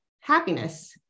happiness